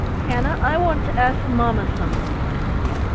hannah, i want to ask mamma something, said teddy.